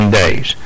days